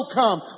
come